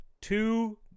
two